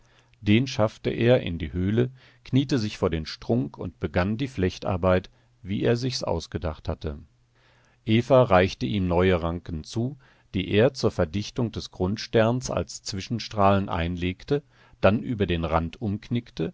den schaffte er in die höhle kniete sich vor den strunk und begann die flechtarbeit wie er sich's ausgedacht hatte eva reichte ihm neue ranken zu die er zur verdichtung des grundsterns als zwischenstrahlen einlegte dann über den rand umknickte